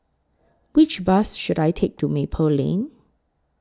Which Bus should I Take to Maple Lane